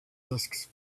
disks